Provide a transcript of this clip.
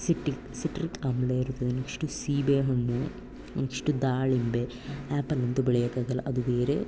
citric citric ಆಮ್ಲ ಇರುತ್ತದೆ next ಸೀಬೆಹಣ್ಣು ನೆಕ್ಸ್ಟು ದಾಳಿಂಬೆ ಆ್ಯಪಲ್ ಅಂತೂ ಬೆಳೆಯೋಕ್ಕಾಗಲ್ಲ ಅದು ಬೇರೆ